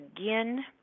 again